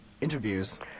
interviews